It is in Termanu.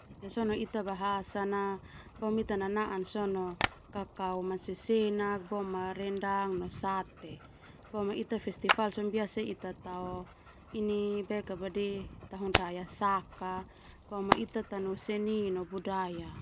Ita bahasa na ita nanaan na sona kakau manasasenak rendang no sate ita festival sona biasa ita tao Tahun Raya Saka ita tanu seni no budaya.